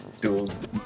Duels